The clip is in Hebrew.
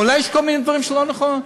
אולי יש כל מיני דברים שהם לא נכונים.